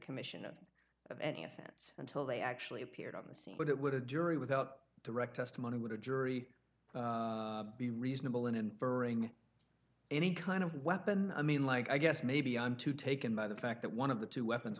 commission of any offense until they actually appeared on the scene but it would a jury without direct testimony would a jury be reasonable in inferring any kind of weapon i mean like i guess maybe i'm too taken by the fact that one of the two weapons